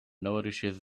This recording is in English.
nourishes